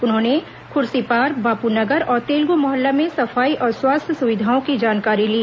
उन्होंने खुर्सीपार बापू नगर और तेलगु मोहल्ला में सफाई और स्वास्थ्य सुविधाओं की जानकारी ली